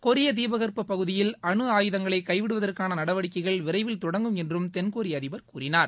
கொரிய தீபகற்ப பகுதியில் அனுஆயுதங்களை கைவிடுவதற்கான நடவடிக்கைகள் விரைவில் தொடங்கும் என்றும் தென்கொரிய அதிபர் கூறினார்